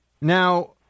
Now